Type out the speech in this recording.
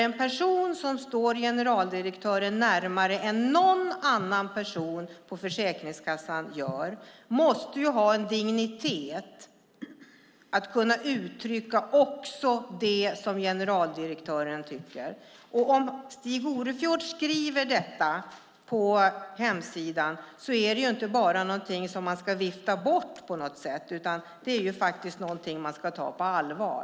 En person som står generaldirektören närmare än någon annan person på Försäkringskassan måste ha en dignitet att kunna uttrycka också det som generaldirektören tycker. Om Stig Orefjord skriver detta på hemsidan är det inte bara någonting som man ska vifta bort på något sätt. Det är någonting man ska ta på allvar.